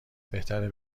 بهتره